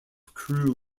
crew